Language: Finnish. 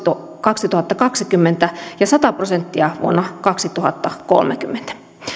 kaksituhattakaksikymmentä ja sata prosenttia vuonna kaksituhattakolmekymmentä